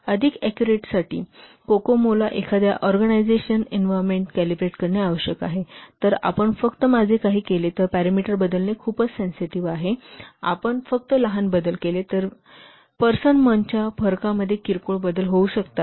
अधिक ऍक्युरेटतेसाठी कोकोमो ला एखाद्या ऑर्गनायझेशन इन्व्होर्मेन्ट कॅलिब्रेट करणे आवश्यक आहे जर आपण फक्त माझे काही केले तर पॅरामीटर बदलणे खूपच सेन्सेटिव्ह आहे जर आपण फक्त लहान बदल केले तर पर्सन इअरच्या फरकामध्ये किरकोळ बदल होऊ शकतात